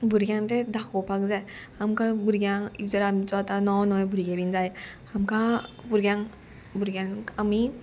भुरग्यांक तें दाखोवपाक जाय आमकां भुरग्यांक जर आमचो आतां नवो नवें भुरगे बीन जाय आमकां भुरग्यांक भुरग्यांक आमी